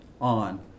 on